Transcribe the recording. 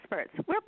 experts